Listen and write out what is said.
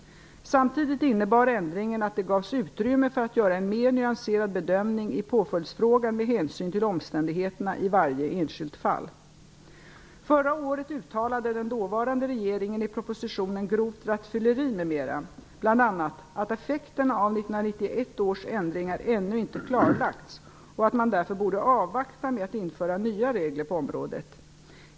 Samtidigt innebar ändringarna att det gavs utrymme för att göra en mera nyanserad bedömning i påföljdsfrågan med hänsyn till omständigheterna i varje enskilt fall. Förra året uttalade den dåvarande regeringen i propositionen Grovt rattfylleri m.m. bl.a. att effekterna av 1991 års ändringar ännu inte klarlagts och att man därför borde avvakta med att införa nya regler på området.